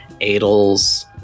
Adel's